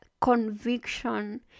conviction